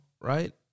right